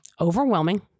overwhelming